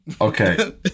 Okay